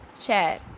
chair